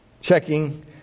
checking